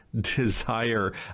desire